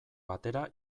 batera